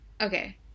Okay